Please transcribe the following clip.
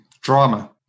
Drama